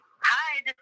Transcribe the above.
Hi